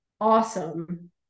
awesome